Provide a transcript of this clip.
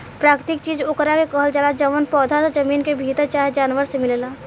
प्राकृतिक चीज ओकरा के कहल जाला जवन पौधा से, जमीन के भीतर चाहे जानवर मे मिलेला